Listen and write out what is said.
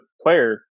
player